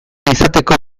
izateko